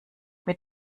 mit